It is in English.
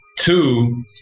Two